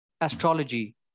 astrology